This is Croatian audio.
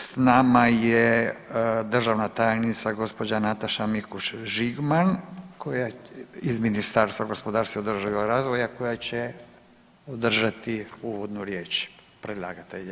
S nama je državna tajnica gospođa Nataša Mikuš Žigman koja, iz Ministarstva gospodarstva i održivog razvoja koja će održati uvodnu riječ predlagatelja.